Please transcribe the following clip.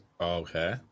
okay